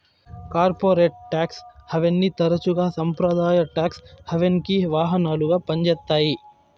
corporate tax హావెన్ని తరచుగా సంప్రదాయ టాక్స్ హావెన్కి వాహనాలుగా పంజేత్తాయి